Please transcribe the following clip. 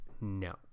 No